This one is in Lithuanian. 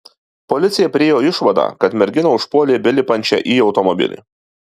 policija priėjo išvadą kad merginą užpuolė belipančią į automobilį